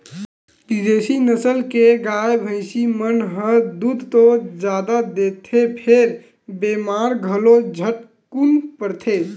बिदेसी नसल के गाय, भइसी मन ह दूद तो जादा देथे फेर बेमार घलो झटकुन परथे